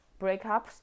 breakups